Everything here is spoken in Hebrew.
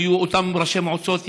או יהיו אותם ראשי מועצות,